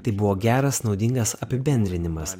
tai buvo geras naudingas apibendrinimas